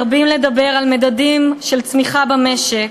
מרבים לדבר על מדדים של צמיחה במשק,